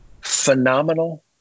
phenomenal